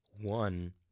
one